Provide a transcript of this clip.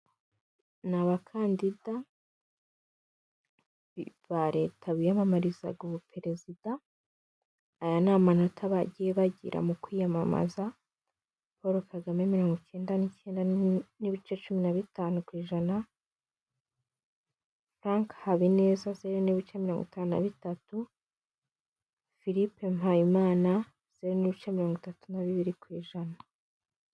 Ni abakandinda ba leta biyamamarizaga ubuperezida. Aya ni amanota bagiye bagira mu kwiyamamaza, Poro Kagame mirongo ikenda n'ikenda n'ibice cumu na bitanu ku ijana, Furake habineza zeru n'ibice mirongo itanu na bitatu, Filipe Mpayimana zeru n'ibice mirongo itatu na bibiri ku ijana.